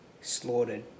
slaughtered